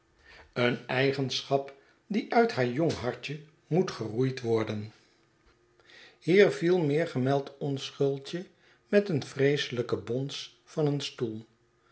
een eigenschap die uit haar jong hartje moet geroeid worden hier viel meer gemeld onschuldje met een vreeselijken bons van een stoel